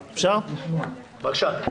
בבקשה.